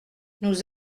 nous